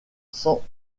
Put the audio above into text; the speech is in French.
sans